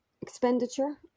expenditure